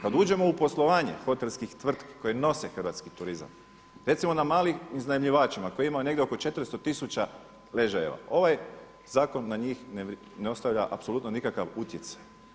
Kada uđemo u poslovanje hotelskih tvrtki koje nose hrvatski turizam, recimo na malim iznajmljivačima koji imaju negdje oko 400 tisuća ležajeva, ovaj zakon na njih ne ostavlja apsolutno nikakav utjecaj.